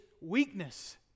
weakness